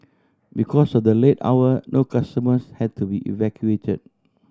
because of the late hour no customers had to be evacuated